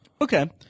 Okay